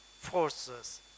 forces